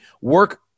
work